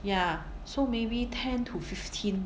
ya so maybe ten to fifteen